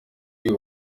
uyu